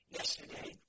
yesterday